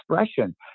expression